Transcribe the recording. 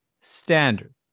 standard